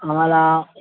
आम्हाला